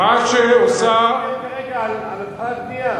אני מדבר כרגע על הקפאת בנייה.